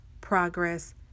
progress